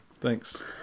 Thanks